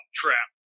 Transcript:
trap